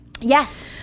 yes